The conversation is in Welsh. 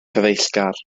cyfeillgar